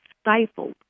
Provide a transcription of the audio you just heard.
stifled